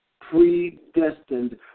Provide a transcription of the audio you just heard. predestined